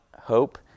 hope